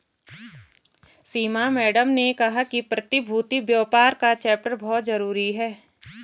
सीमा madam ने कहा कि प्रतिभूति व्यापार का चैप्टर बहुत जरूरी है